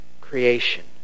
creation